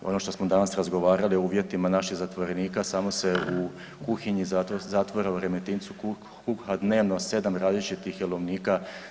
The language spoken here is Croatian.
Ono što smo danas razgovarali o uvjetima naših zatvorenika samo se u kuhinji zatvora u Remetincu kuha dnevno 7 različitih jelovnika.